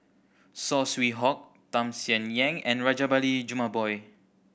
Saw Swee Hock Tham Sien Yen and Rajabali Jumabhoy